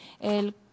el